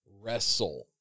wrestle